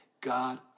God